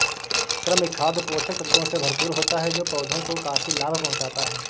कृमि खाद पोषक तत्वों से भरपूर होता है जो पौधों को काफी लाभ पहुँचाता है